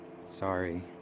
sorry